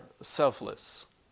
selfless